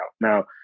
Now